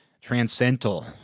Transcendental